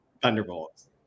Thunderbolts